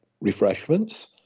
refreshments